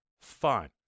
Fine